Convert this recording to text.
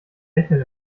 lächeln